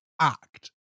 act